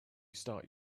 start